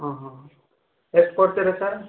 ಹಾಂ ಹಾಂ ಹಾಂ ಎಷ್ಟು ಕೊಡ್ತೀರಾ ಸರ್